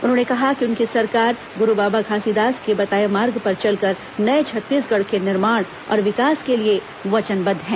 उन्होंने कहा कि उनकी सरकार गुरू बाबा घासीदास के बताए मार्ग पर चलकर नये छत्तीसगढ़ के निर्माण और विकास के लिए वचनबद्ध है